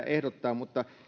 ehdottaa mutta